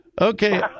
Okay